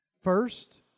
First